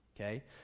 Okay